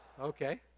Okay